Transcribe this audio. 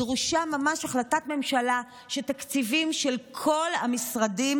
דרושה ממש החלטת ממשלה שתקציבים של כל המשרדים